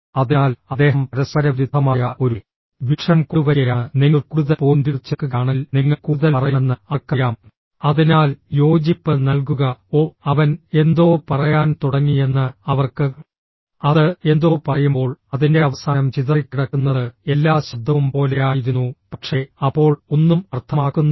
അതിനാൽ അദ്ദേഹം പരസ്പരവിരുദ്ധമായ ഒരു വീക്ഷണം കൊണ്ടുവരികയാണ് നിങ്ങൾ കൂടുതൽ പോയിന്റുകൾ ചേർക്കുകയാണെങ്കിൽ നിങ്ങൾ കൂടുതൽ പറയുമെന്ന് അവർക്കറിയാം അതിനാൽ യോജിപ്പ് നൽകുക ഓ അവൻ എന്തോ പറയാൻ തുടങ്ങിയെന്ന് അവർക്ക് അത് എന്തോ പറയുമ്പോൾ അതിന്റെ അവസാനം ചിതറിക്കിടക്കുന്നത് എല്ലാ ശബ്ദവും പോലെയായിരുന്നു പക്ഷേ അപ്പോൾ ഒന്നും അർത്ഥമാക്കുന്നില്ല